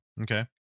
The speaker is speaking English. Okay